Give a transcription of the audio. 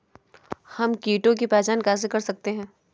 हम कीटों की पहचान कैसे कर सकते हैं?